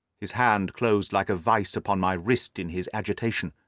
his hand closed like a vice upon my wrist in his agitation.